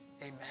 Amen